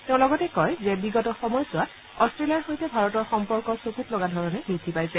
তেওঁ লগতে কয় যে বিগত সময়ছোৱাত অট্টেলিয়াৰ সৈতে ভাৰতৰ সম্পৰ্ক চকুত লগা ধৰণে বৃদ্ধি পাইছে